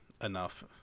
enough